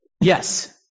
yes